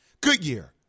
Goodyear